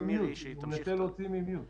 עשינו איזושהי מערכת שמשלבת בין נתונים